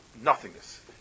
nothingness